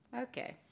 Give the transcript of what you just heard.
Okay